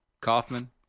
Kaufman